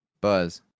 Buzz